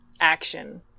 action